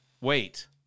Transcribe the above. Wait